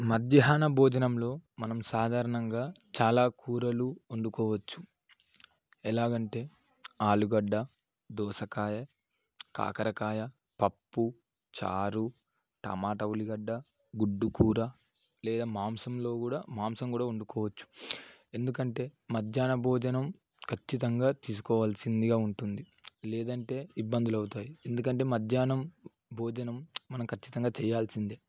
మధ్యాహ్న భోజనంలో మనం సాధారణంగా చాలా కూరలు వండుకోవచ్చు ఎలాగ అంటే ఆలుగడ్డ దోసకాయ కాకరకాయ పప్పు చారు టమాట ఉల్లిగడ్డ గుడ్డు కూర లేదా మాంసంలో కూడా మాంసం కూడా వండుకోవచ్చు ఎందుకంటే మధ్యాహ్న భోజనం ఖచ్చితంగా తీసుకోవాల్సిందిగా ఉంటుంది లేదంటే ఇబ్బందులు అవుతాయి ఎందుకంటే మధ్యాహ్నం భోజనం మనం ఖచ్చితంగా చేయాల్సిందే